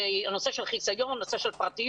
זה נושא של חיסיון, נושא של פרטיות.